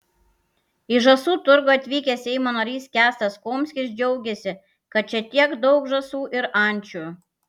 į žąsų turgų atvykęs seimo narys kęstas komskis džiaugėsi kad čia tiek daug žąsų ir ančių